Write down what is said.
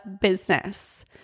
business